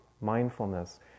mindfulness